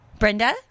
Brenda